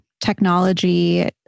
technology